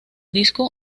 disco